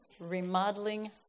remodeling